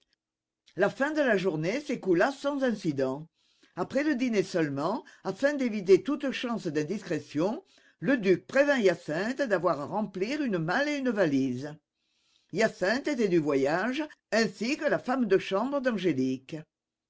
la fin de la journée s'écoula sans incidents après le dîner seulement afin d'éviter toutes chances d'indiscrétion le duc prévint hyacinthe d'avoir à remplir une malle et une valise hyacinthe était du voyage ainsi que la femme de chambre d'angélique